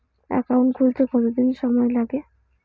Account খুলতে কতদিন সময় লাগে?